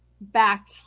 back